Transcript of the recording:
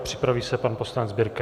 Připraví se pan poslanec Birke.